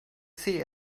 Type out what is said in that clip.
see